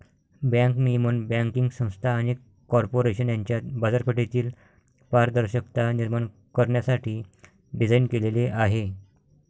bank नियमन banking संस्था आणि कॉर्पोरेशन यांच्यात बाजारपेठेतील पारदर्शकता निर्माण करण्यासाठी डिझाइन केलेले आहे